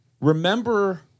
remember